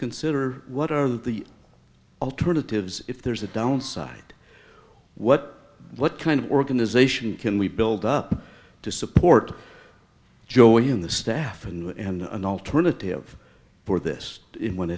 consider what are the alternatives if there's a downside what what kind of organisation can we build up to support joey and the staff and an alternative for this when